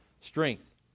strength